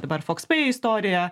dabar fokspei istorija